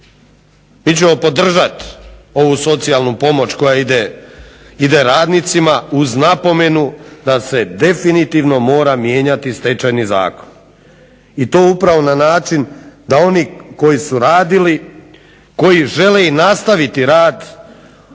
Mi ćemo podržati ovu socijalnu pomoć koja ide radnicima uz napomenu da se definitivno mora mijenjati Stečajni zakon. I to upravo na način da oni koji su radili koji žele i nastaviti rad,